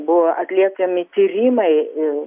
buvo atliekami tyrimai